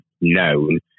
known